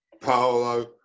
Paolo